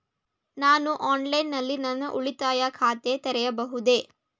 ನಾನು ಆನ್ಲೈನ್ ನಲ್ಲಿ ನನ್ನ ಉಳಿತಾಯ ಖಾತೆ ತೆರೆಯಬಹುದೇ?